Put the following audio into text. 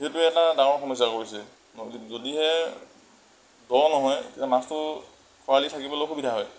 সেইটোৱে এটা ডাঙৰ সমস্যা কৰিছে নদীত যদিহে দ নহয় তেতিয়া মাছটো খৰালি থাকিবলৈ অসুবিধা হয়